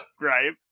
right